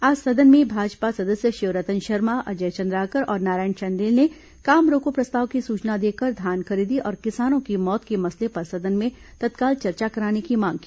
आज सदन में भाजपा सदस्य शिवरतन शर्मा अजय चंद्राकर और नारायण चंदेल ने काम रोको प्रस्ताव की सूचना देकर धान खरीदी और किसानों की मौत के मसले पर सदन में तत्काल चर्चा कराने की मांग की